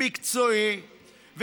מקצועי,